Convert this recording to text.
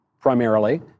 primarily